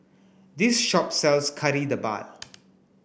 this shop sells Kari Debal